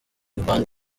band